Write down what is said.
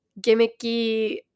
gimmicky